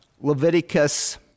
Leviticus